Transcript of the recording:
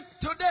today